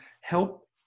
help